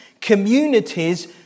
communities